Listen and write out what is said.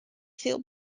feel